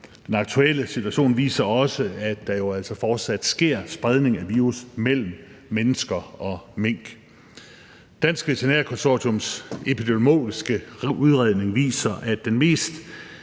Den aktuelle situation viser også, at der jo altså fortsat sker spredning af virus mellem mennesker og mink. Dansk Veterinær Konsortiums epidemiologiske udredning viser, at den mest